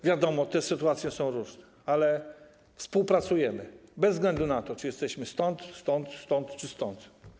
Wiadomo, te sytuacje są różne, ale współpracujemy bez względu na to, czy jesteśmy stąd, stąd czy stąd.